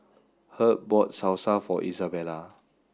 Herb bought Salsa for Izabella